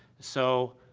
so,